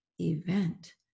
event